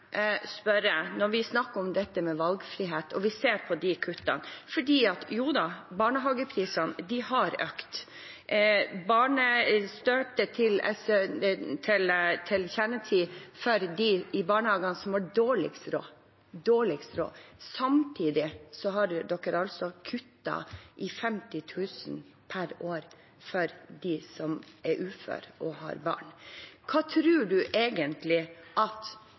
når vi snakker om dette med valgfrihet og ser på de kuttene, for jo da, barnehageprisene har økt, støtte til kjernetid for dem i barnehagene som har dårligst råd, men samtidig har dere altså kuttet 50 000 per år for dem som er uføre og har barn: Hva tror du egentlig at